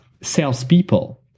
salespeople